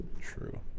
True